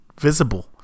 visible